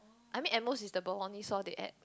I mean at most is the bolognese sauce they add